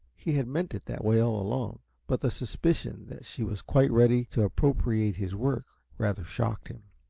he had meant it that way all along, but the suspicion that she was quite ready to appropriate his work rather shocked him,